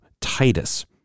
Titus